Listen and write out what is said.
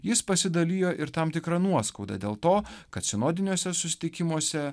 jis pasidalijo ir tam tikra nuoskauda dėl to kad sinodinėse susitikimuose